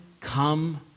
Come